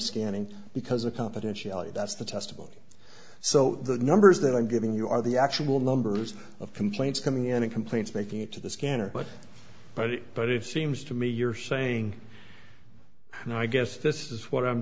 scanning because of confidentiality that's the testimony so the numbers that i'm giving you are the actual numbers of complaints coming in and complaints making it to the scanner but but but it seems to me you're saying and i guess this is what i'm